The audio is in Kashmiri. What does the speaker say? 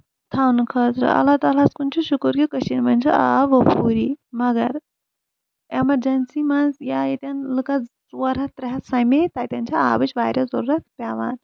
تھاونہٕ خٲطرٕ اللہ تعالی ہس کُن چھُ شُکُر کٔشیٖر منٛز چھُ آب ؤفوٗری مَگر ایٚمَرجنسی منٛز یا ییٚتٮ۪ن لٕکس ژور ہَتھ ترٛےٚ ہَتھ سَمے تَتین چھِ آبٕچ واریاہ ضروٗرت پیٚوان